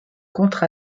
contre